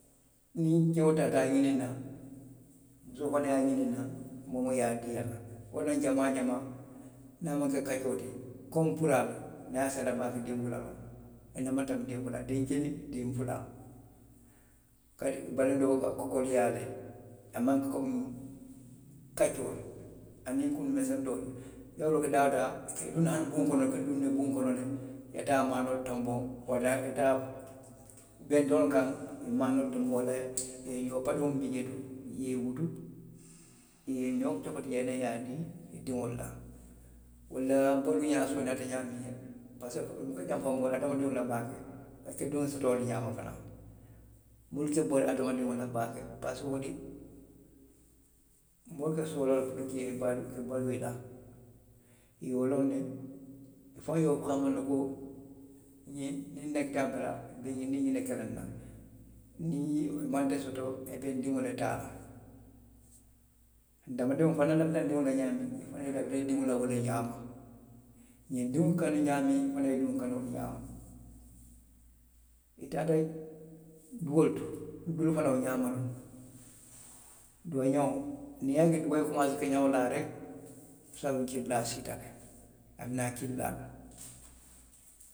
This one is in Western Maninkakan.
Niŋ keo taata a ňiniŋ naŋ. musoo fanaŋ ye a ňiniŋ naŋ, moo woo moo ye a dii a la. wolaŋ na jamaa jamaa, niŋ a maŋ ke kaccoo ti. komi puraalu. niŋ a siiyata baake, diw fula loŋ. A nene maŋ tanbi diŋ fula la, diŋ kiliŋ, diŋ fula. kaatu i baluundoo ka koleyaa, a maŋ ke komi kaccoo, aniŋ kunu meseŋ doolu. Niŋ a loota daa woo daa. i ka duŋ ne hani buŋo kono. i ka duŋ ne buŋo kono le. i ye taa maanoolu tonboŋ. walla i ye taa benteŋolu kaŋ, i ye maanoolu tonboŋ. walla i ye ňoo paduŋo je jee to. i ye i wutu. i ye ňoo coki ti jee to, i ye naa, i ye a dii i diŋolu la; wolu la baluuňaa sooneyaata ňaamiŋ na, parisiko i buka janfa moolu la, hadamadiŋolu la baake. I ka diŋo soto wo le ňaama fanaŋ. minnu se bataa baake domondiŋ, wolu mu puraalu le ti parisiko wolu. moolu ka soola ka baluu i la. iyoo, niŋ wonteŋ. i faŋo ye wo fahamu le ko, ňiŋ nbekata a la a be ňiŋ niŋ ňiŋ ne ke la nna. Niŋ i ye waati dantaŋ soto, i niŋ i diŋolu ye taa. Nfanaŋ lafita i diŋolu la ňaamiŋ, puraalu fanaŋ lafita i diŋolu la wo le ňaama. Nŋa diŋolu kanu ňaamiŋ, puraalu fanaŋ ye i diŋolu kanu wo le ňaama. Niŋ i taata duwoolu to, duwoolu fanaŋ wo xaama loŋ? Duwoo, duwa ňewo. niŋ i ye a je duwoo foloota ka ňeŋo laa reki, i se a loŋ kili laa siita le, a bi naa kili laa la.